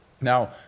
Now